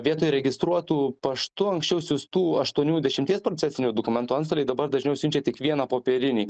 vietoj registruotu paštu anksčiau siųstų aštuonių dešimties procesinių dokumentų antstoliai dabar dažniau siunčia tik vieną popierinį